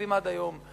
התקציבים עד היום.